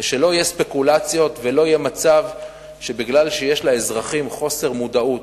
ולא יהיו ספקולציות ולא יהיה מצב שמכיוון שיש אצל אזרחים חוסר מודעות,